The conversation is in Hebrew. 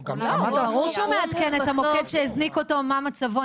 ברור שהוא מעדכן את המוקד שהזניק אותו מה מצבו,